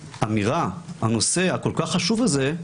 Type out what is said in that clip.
האמירה, הנושא הכל כך חשוב הזה,